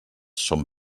són